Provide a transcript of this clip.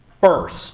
first